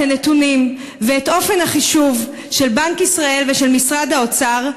הנתונים ואת אופן החישוב של בנק ישראל ושל משרד האוצר,